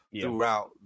throughout